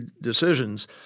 decisions